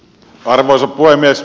arvoisa puhemies